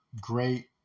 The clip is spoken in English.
great